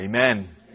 Amen